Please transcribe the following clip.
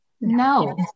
no